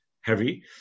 heavy